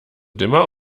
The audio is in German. dimmer